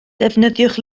defnyddiwch